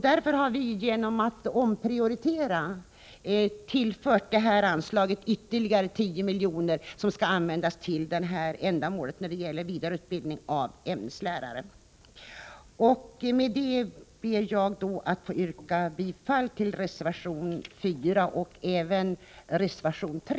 Därför har vi genom att omprioritera tillfört detta anslag ytterligare 10 milj.kr. som skall användas till vidareutbildning av ämneslärare. Med detta ber jag att få yrka bifall till reservationerna 4 och 3.